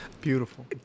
Beautiful